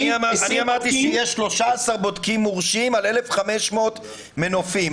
אמרתי שיש 13 בודקים מורשים על 1,500 מנופים.